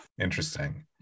Interesting